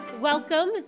Welcome